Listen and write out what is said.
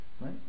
right